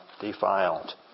Defiled